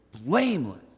blameless